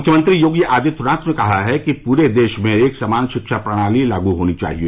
मुख्यमंत्री योगी आदित्यनाथ ने कहा है कि पूरे देश में एक समान शिक्षा प्रणाली लागू होनी चाहिए